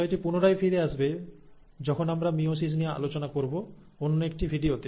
বিষয়টি পুনরায় ফিরে আসবে যখন আমরা মিয়োসিস নিয়ে আলোচনা করব অন্য একটি ভিডিওতে